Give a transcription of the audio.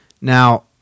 Now